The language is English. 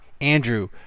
Andrew